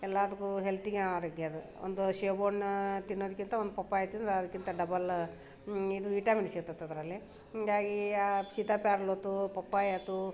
ಎಲ್ಲದಕ್ಕೂ ಹೆಲ್ತಿಗೆ ಆರೋಗ್ಯ ಅದು ಒಂದು ಸೇಬು ಹಣ್ಣು ತಿನ್ನೋದಕ್ಕಿಂತ ಒಂದು ಪಪ್ಪಾಯ ತಿಂದ್ರೆ ಅದಕ್ಕಿಂತ ಡಬಲ ಇದು ವಿಟಮಿನ್ ಸಿಗ್ತೈತೆ ಅದರಲ್ಲಿ ಹಾಗಾಗಿ ಆ ಸೀತಾಪ್ಯಾರ್ಲೆ ಆಯ್ತು ಪಪ್ಪಾಯಿ ಆಯ್ತು